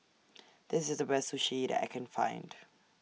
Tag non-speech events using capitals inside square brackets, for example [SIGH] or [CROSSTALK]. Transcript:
[NOISE] This IS The Best Sushi that I Can Find